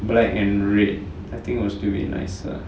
black and red I think will still be nicer